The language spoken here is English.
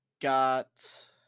got